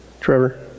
Trevor